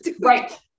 right